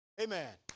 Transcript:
Amen